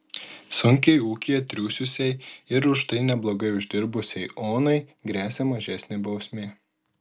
sunkiai ūkyje triūsusiai ir už tai neblogai uždirbusiai onai gresia mažesnė bausmė